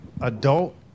adult